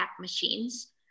machines